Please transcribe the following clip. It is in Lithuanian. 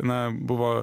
na buvo